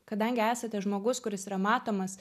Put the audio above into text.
kadangi esate žmogus kuris yra matomas